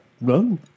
No